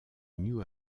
new